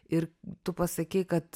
ir tu pasakei kad